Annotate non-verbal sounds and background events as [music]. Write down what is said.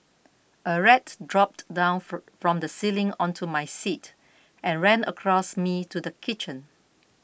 a rat dropped down [unintelligible] from the ceiling onto my seat and ran across me to the kitchen